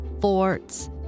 forts